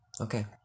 Okay